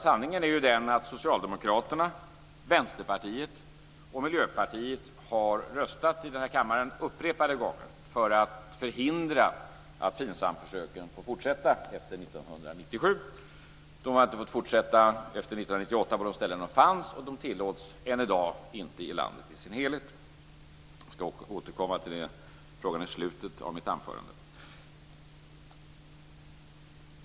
Sanningen är ju den att Socialdemokraterna, Vänsterpartiet och Miljöpartiet upprepade gånger har röstat i denna kammare för att förhindra en fortsättning av FINSAM-försöken efter 1997. De har inte fått fortsätta efter 1998 på de ställen de fanns, och de tillåts än i dag inte i landet i dess helhet. Jag ska återkomma till frågan i slutet av mitt anförande.